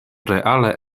reale